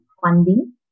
funding